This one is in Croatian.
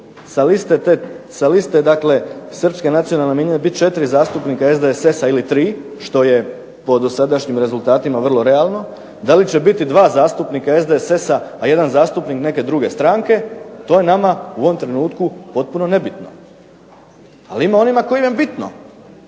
dakle srpske nacionalne manjine biti 4 zastupnika SDSS-a ili 3, što je po dosadašnjim rezultatima vrlo realno, da li će biti dva zastupnika SDSS-a, a jedan zastupnik neke druge stranke, to je nama u ovom trenutku potpuno nebitno. Ali ima onima kojima je bitno.